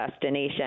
destination